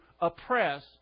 oppress